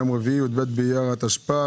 היום יום רביעי י"ב באייר התשפ"ג,